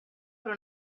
per